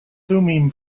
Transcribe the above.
thummim